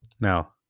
Now